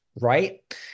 right